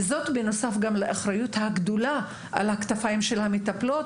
וזאת בנוסף לאחריות הגדולה על הכתפיים של המטפלות,